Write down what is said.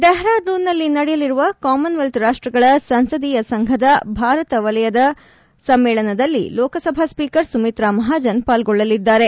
ಡೆಹ್ರಾಡೂನ್ನಲ್ಲಿ ನಡೆಯಲಿರುವ ಕಾಮನ್ವೆಲ್ಲ್ ರಾಷ್ಟ್ಗಳ ಸಂಸದೀಯ ಸಂಘದ ಭಾರತ ವಲಯದ ಸಮ್ಮೆಳನದಲ್ಲಿ ಲೋಕಸಭಾ ಸ್ಸೀಕರ್ ಸುಮಿತ್ರಾ ಮಹಾಜನ್ ಪಾಲ್ಗೊಳ್ಳಲಿದ್ದಾರೆ